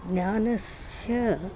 ज्ञानस्य